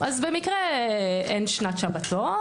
אז במקרה אין שנת שבתון,